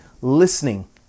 listening